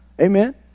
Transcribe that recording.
Amen